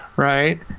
Right